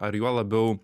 ar juo labiau